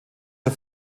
der